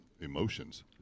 emotions